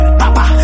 papa